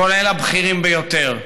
כולל הבכירים ביותר.